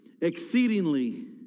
exceedingly